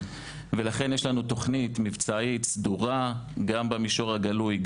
לכן יש לנו תוכנית מבצעית סדורה גם במישור הגלוי,